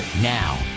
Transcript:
Now